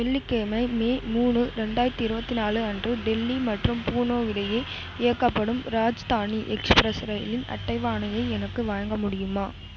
வெள்ளிக்கிழமை மே மூணு ரெண்டாயிரத்தி இருபத்தி நாலு அன்று டெல்லி மற்றும் பூனா இடையே இயக்கப்படும் ராஜ்தானி எக்ஸ்ப்ரஸ் ரயிலின் அட்டைவணையை எனக்கு வழங்க முடியுமா